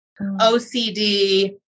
OCD